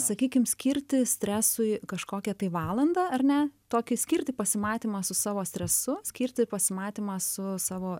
sakykim skirti stresui kažkokią tai valandą ar ne tokį skirti pasimatymą su savo stresu skirti pasimatymą su savo